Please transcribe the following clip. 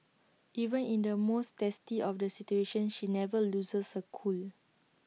even in the most testy of the situations she never loses her cool